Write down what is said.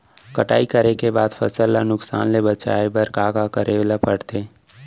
कटाई करे के बाद फसल ल नुकसान ले बचाये बर का का करे ल पड़थे?